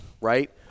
right